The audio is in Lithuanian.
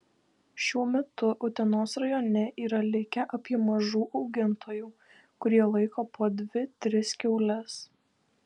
šiuo metu utenos rajone yra likę apie mažų augintojų kurie laiko po dvi tris kiaules